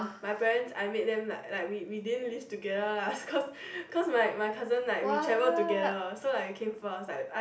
my parents I met them like like we didn't live together lah cause cause my my cousin like we travel together so like we came first I